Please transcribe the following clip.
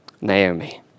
Naomi